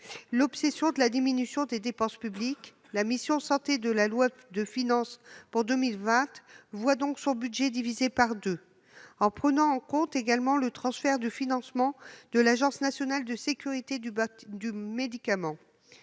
l'obsession de la diminution des dépenses publiques. La mission « Santé » de la loi de finances pour 2020 a donc vu son budget divisé par deux en prenant également en compte le transfert du financement de l'Agence nationale de sécurité du médicament